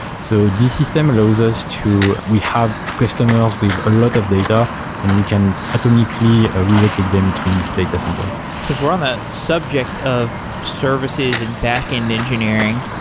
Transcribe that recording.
so this system allows us to we have customers with a lot of data and we can automatically ah relocate them between data centers since we're on the subject of services and backend engineering,